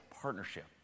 partnership